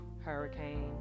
hurricane